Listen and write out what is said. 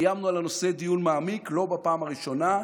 קיימנו דיון מעמיק על הנושא לא בפעם הראשונה.